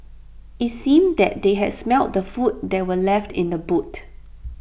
IT seemed that they had smelt the food that were left in the boot